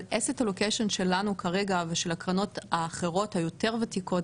אבל asset allocation שלנו כרגע ושל הקרנות האחרות היותר ותיקות,